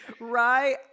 Right